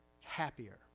happier